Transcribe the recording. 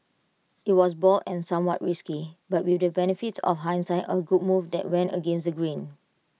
IT was bold and somewhat risky but with the benefit of hindsight A good move that went against the grain